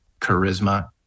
charisma